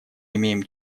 имеем